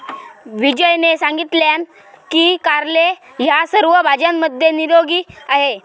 विजयने सांगितलान की कारले ह्या सर्व भाज्यांमध्ये निरोगी आहे